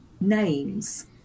names